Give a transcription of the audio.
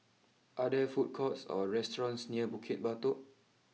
are there food courts or restaurants near Bukit Batok